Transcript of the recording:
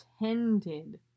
attended